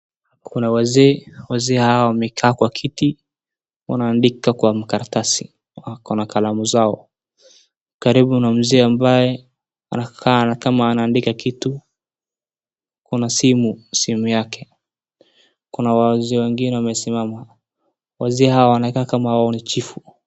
Kuna wazee, wazee hawa wamekaa kwa kiti wanaandika kwa makaratasi wako na kalamu zao. Karibu na mzee ambaye anakaa kama anaandika kitu kuna simu, simu yake. Kuna wazee wengine wamesimama. Wazee hawa wanakaa kama wao ni chifu.